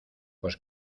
pues